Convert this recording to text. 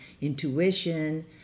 intuition